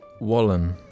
Wallen